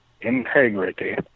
integrity